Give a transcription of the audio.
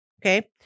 okay